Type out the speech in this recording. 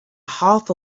half